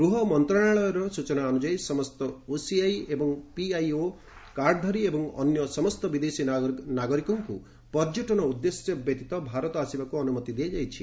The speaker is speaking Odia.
ଗୃହ ମନ୍ତ୍ରଣାଳୟ ସ୍ୱଚନା ଅନୁଯାୟୀ ସମସ୍ତ ଓସିଆଇ ଏବଂ ପିଆଇଓ କାର୍ଡଧାରୀ ଏବଂ ଅନ୍ୟ ସମସ୍ତ ବିଦେଶୀ ନାଗରିକଙ୍କ ପର୍ଯ୍ୟଟନ ଉଦ୍ଦେଶ୍ୟ ବ୍ୟତୀତ ଭାରତ ଆସିବାକୁ ଅନ୍ନମତି ଦିଆଯାଇଛି